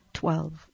twelve